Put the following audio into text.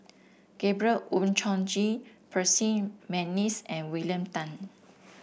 Gabriel Oon Chong Jin Percy McNeice and William Tan